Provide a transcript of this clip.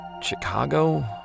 Chicago